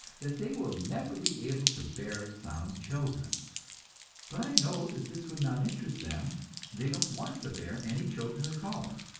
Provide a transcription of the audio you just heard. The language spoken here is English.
that they will never be able to bear sound children but i know that this would not interest them they don't want to bear any children at all.